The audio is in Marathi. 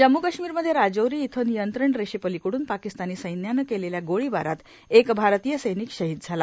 जम्मू कश्मीर मध्ये राजौरी इथं नियंत्रण रेषेपलिकडून पाकीस्तानी सैन्यानं केलेल्या गोळीबारात एक भारतीय सैनिक शहीद झाला